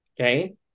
Okay